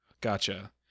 Gotcha